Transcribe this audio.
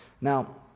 now